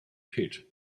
pit